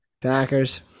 Packers